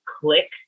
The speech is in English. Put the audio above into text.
click